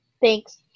thanks